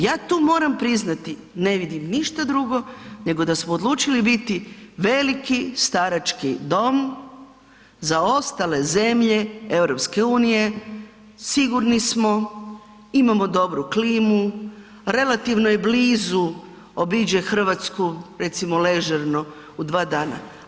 Ja tu moram priznati, ne vidim ništa drugo, nego da smo odlučili biti veliki starački dom za ostale zemlje EU, sigurni smo, imamo dobru klimu, relativno je blizu, obiđe Hrvatsku, recimo ležerno u 2 dana.